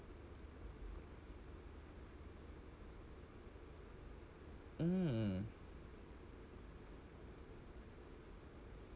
mm